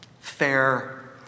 fair